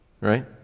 Right